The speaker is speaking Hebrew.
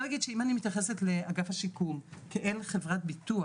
להגיד שאם אני מתייחסת לאגף השיקום כאל חברת ביטוח,